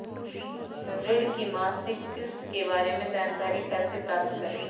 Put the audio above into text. ऋण की मासिक किस्त के बारे में जानकारी कैसे प्राप्त करें?